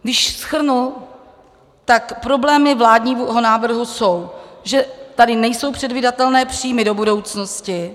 Když to shrnu, tak problémy vládního návrhu jsou, že tady nejsou předvídatelné příjmy do budoucnosti.